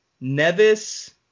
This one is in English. Nevis